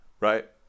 right